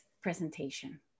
presentation